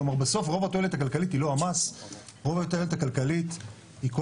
כלומר בסוף רוב התועלת הכלכלית היא לא המס,